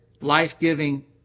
life-giving